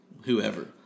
whoever